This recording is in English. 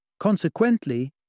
Consequently